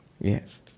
Yes